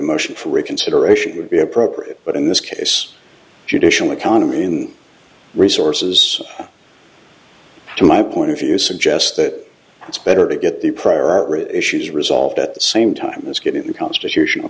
a motion for reconsideration would be appropriate but in this case judicial economy in resources to my point of view suggests that it's better to get the prior issues resolved at the same time as getting the constitutional